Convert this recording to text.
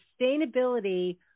sustainability